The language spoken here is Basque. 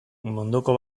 munduko